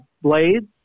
Blades